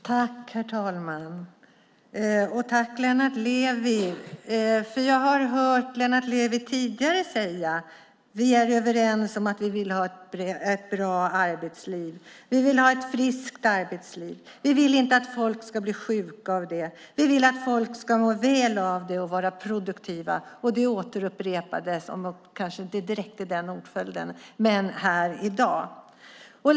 Herr talman! Tack, Lennart Levi! Jag har hört Lennart Levi tidigare säga: Vi är överens om att vi vill ha ett bra arbetsliv. Vi vill ha ett friskt arbetsliv. Vi vill inte att folk ska bli sjuka av det. Vi vill att folk ska må väl av det och vara produktiva. Det återupprepades här i dag, även om det kanske inte direkt var den ordföljden.